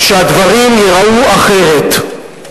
שהדברים ייראו אחרת.